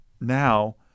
now